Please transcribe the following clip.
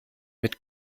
mit